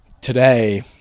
today